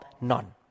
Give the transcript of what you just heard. none